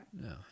No